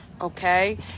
okay